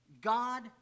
God